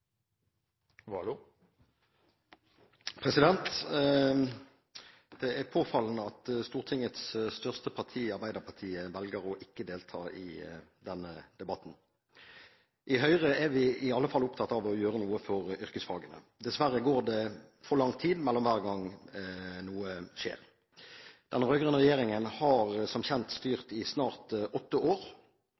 at Stortingets største parti, Arbeiderpartiet, velger ikke å delta i denne debatten. I Høyre er vi iallfall opptatt av å gjøre noe for yrkesfagene. Dessverre går det for lang tid mellom hver gang noe skjer. Den rød-grønne regjeringen har som kjent styrt i snart åtte år.